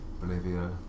Bolivia